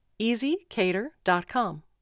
easycater.com